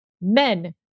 men